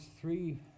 three